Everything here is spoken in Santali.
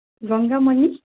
ᱜᱚᱝᱜᱟᱢᱚᱱᱤ